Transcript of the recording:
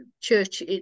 church